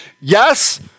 Yes